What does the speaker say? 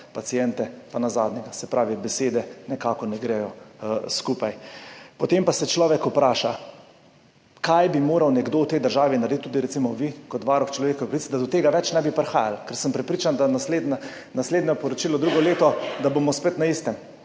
paciente pa na zadnjega. Se pravi, besede nekako ne gredo skupaj. Potem pa se človek vpraša, kaj bi moral nekdo v tej državi narediti, tudi recimo vi kot varuh človekovih pravic, da do tega ne bi več prihajalo. Ker sem prepričan, da bomo pri naslednjem poročilu drugo leto spet na istem.